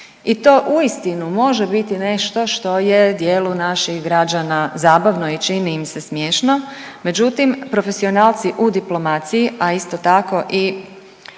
I to uistinu može biti nešto što je dijelu naših građana zabavno i čini im se smiješno, međutim profesionalci u diplomaciji, a isto tako i